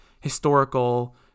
historical